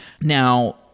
Now